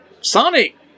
Sonic